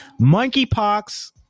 monkeypox